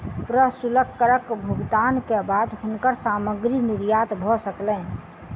प्रशुल्क करक भुगतान के बाद हुनकर सामग्री निर्यात भ सकलैन